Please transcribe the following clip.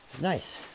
nice